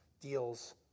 deals